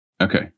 Okay